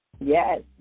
Yes